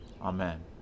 Amen